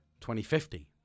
2050